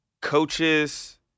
coaches